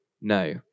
No